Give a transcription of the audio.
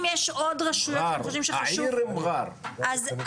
אז דליית אל כרמל ועוספיא.